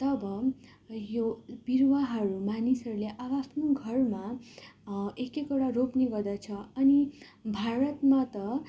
तब यो बिरुवाहरू मानिसहरूले आआफ्नो घरमा एक एकवटा रोप्ने गर्दछन् अनि भारतमा त